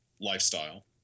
lifestyle